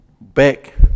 Back